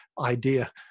idea